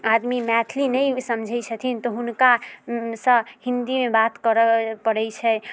आदमी मैथिली नहि समझैत छथिन तऽ हुनकासँ हिन्दीमे बात करऽ पड़ैत छै